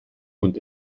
und